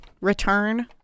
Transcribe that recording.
return